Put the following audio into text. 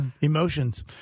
Emotions